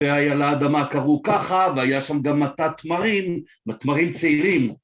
והיה לאדמה קראו ככה, והיה שם גם מתת תמרים, ותמרים צעירים.